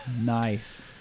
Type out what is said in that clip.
Nice